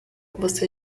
você